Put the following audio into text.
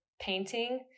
painting